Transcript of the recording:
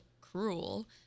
cruel